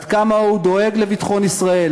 עד כמה הוא דואג לביטחון ישראל.